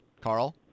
Carl